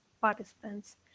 participants